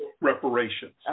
reparations